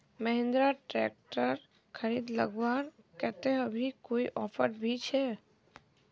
Mahindra tractor खरीद लगवार केते अभी कोई ऑफर भी छे?